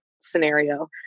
scenario